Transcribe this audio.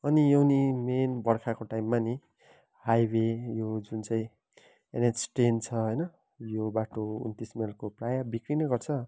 अनि यो नि मेन बर्खाको टाइममा पनि हाइवे यो जुन चाहिँ एनएच टेन छ होइन यो बाटो उन्तिस माइलको प्रायः बिग्रिने गर्छ